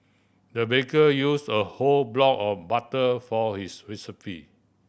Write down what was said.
the baker used a whole block of butter for his recipe